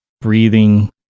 breathing